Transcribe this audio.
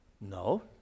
No